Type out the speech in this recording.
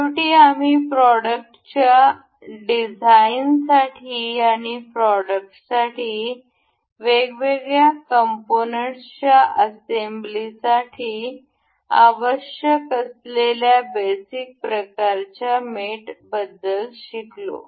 शेवटी आम्ही प्रॉडक्टच्या डिझाइनसाठी आणि प्रॉडक्टसाठी वेगवेगळ्या कंपोनेंट्सच्या असेंब्लीसाठी आवश्यक असलेल्या बेसिक प्रकारच्या मेट बद्दल शिकलो